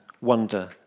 wonder